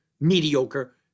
Mediocre